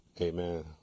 Amen